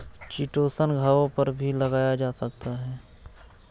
chitosan घावों पर भी लगाया जा सकता है